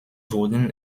wurden